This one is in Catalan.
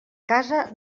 casa